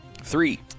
Three